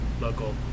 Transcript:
local